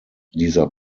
dieser